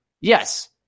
Yes